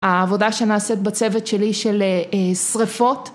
העבודה שנעשית בצוות שלי של שריפות